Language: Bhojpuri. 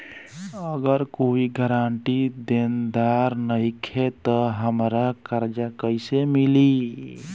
अगर कोई गारंटी देनदार नईखे त हमरा कर्जा कैसे मिली?